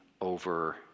over